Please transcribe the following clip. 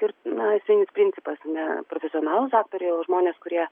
ir na esinis principas ne profesionalūs aktoriai o žmonės kurie